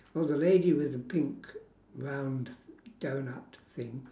well the lady with the pink round doughnut thing